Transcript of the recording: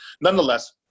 nonetheless